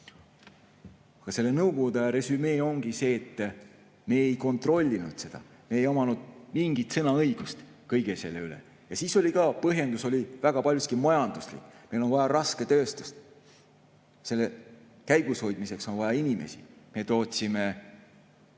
võimalik. Nõukogude aja resümee ongi see, et me ei kontrollinud seda, ei omanud mingit sõnaõigust kõige selle üle. Siis oli ka põhjendus väga paljuski majanduslik: meil on vaja rasketööstust ja selle käigushoidmiseks on vaja inimesi. Me tootsime